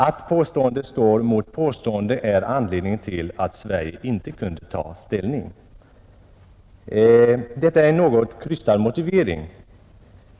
Att påstående står mot påstående är anledningen till att Sverige inte kunde ta ställning. Detta är en något krystad motivering.